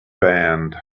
band